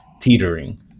teetering